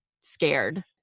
scared